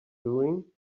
doing